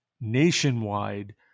nationwide